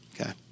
Okay